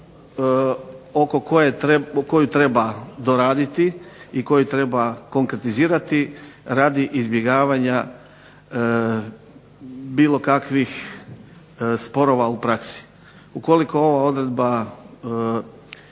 koju treba doraditi i koju treba konkretizirati radi izbjegavanja bilo kakvih sporova u praksi. Ukoliko ova odredba